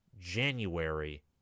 January